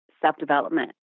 self-development